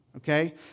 Okay